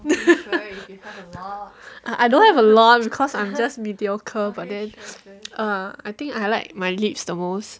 ah I don't have a lot because I'm just mediocre but then I think I like my lips the most